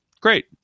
great